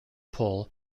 pull